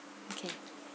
okay